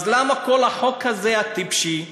אז למה כל החוק הטיפשי והאנטי-אנושי,